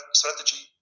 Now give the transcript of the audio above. strategy